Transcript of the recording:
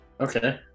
Okay